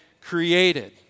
created